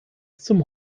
zum